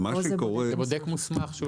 בודק מוסמך.